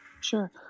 Sure